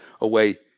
away